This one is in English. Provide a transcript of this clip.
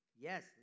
Yes